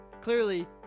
clearly